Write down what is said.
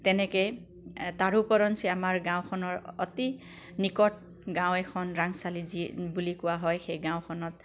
তেনেকে তাৰো উপৰঞ্চি আমাৰ গাঁওখনৰ অতি নিকট গাঁও এখন ৰাংচালি যি বুলি কোৱা হয় সেই গাঁওখনত